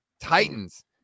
Titans